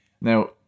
Now